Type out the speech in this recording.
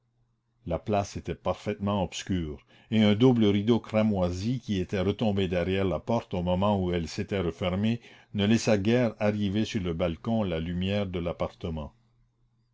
la place était parfaitement obscure et un double rideau cramoisi qui était retombé derrière la porte au moment où elle s'était refermée ne laissait guère arriver sur le balcon la lumière de l'appartement